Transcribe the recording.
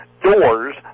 doors